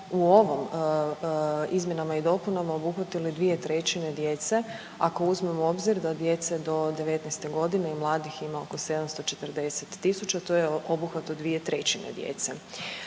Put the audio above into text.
u ovom izmjenama i dopunama obuhvatili 2/3 djece, ako uzmemo u obzir da djece do 19-te godine i mladih ima oko 740 tisuća, to je obuhvat od 2/3 djece.